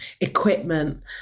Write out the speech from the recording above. equipment